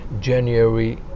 January